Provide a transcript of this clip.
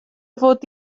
fod